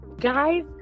Guys